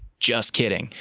just kidding.